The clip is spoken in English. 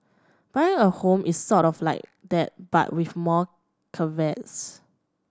buying a home is sort of like that but with more caveats